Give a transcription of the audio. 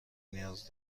نیاز